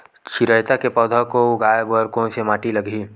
चिरैता के पौधा को उगाए बर कोन से माटी लगही?